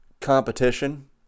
competition